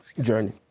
journey